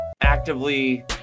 actively